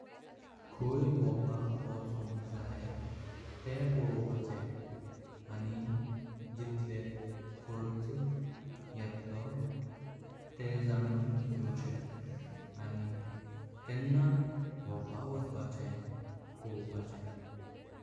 खोय भौंवपाक वचोंक जाए तेह पावलोपाचे आनी जितलेम खर्च येतलो। तेह जाणून घेवचे आनी केन्ना भौंवपाक वचपाचे पवचे।